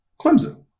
Clemson